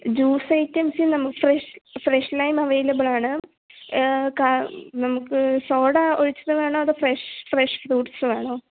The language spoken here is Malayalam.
ജ്യൂസ് ഐറ്റംസ് നമുക്ക് ഫ്രഷ് ഫ്രഷ് ലൈം അവൈലബിൾ ആണ് കാ നമുക്ക് സോഡാ ഒഴിച്ചത് വേണോ അതോ ഫ്രഷ് ഫ്രഷ് ഫ്രൂട്സ് വേണോ